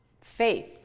faith